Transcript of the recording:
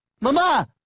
mama